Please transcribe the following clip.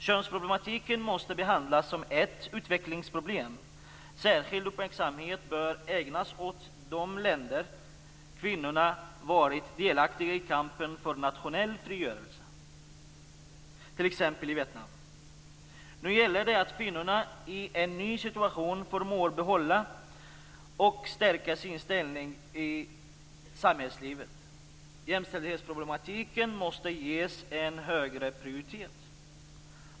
Könsproblematiken måste behandlas som ett utvecklingsproblem. Särskild uppmärksamhet bör ägnas åt de länder där kvinnorna har varit delaktiga i kampen för nationell frigörelse, t.ex. Vietnam. Nu gäller det att kvinnorna i en ny situation förmår att behålla och stärka sin ställning i samhällslivet. Jämställdhetsproblematiken måste ges en högre prioritet.